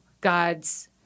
God's